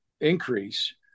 increase